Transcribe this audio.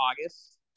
August